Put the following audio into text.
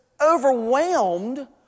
overwhelmed